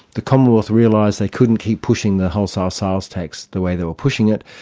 the commonwealth realised they couldn't keep pushing the wholesale sales tax the way they were pushing it.